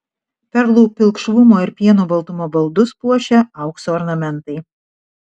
perlų pilkšvumo ir pieno baltumo baldus puošia aukso ornamentai